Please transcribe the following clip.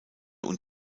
und